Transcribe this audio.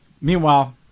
meanwhile